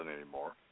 anymore